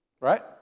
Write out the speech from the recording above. Right